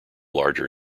larger